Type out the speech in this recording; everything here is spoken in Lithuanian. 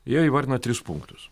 jie įvardino tris punktus